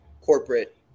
corporate